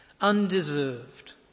undeserved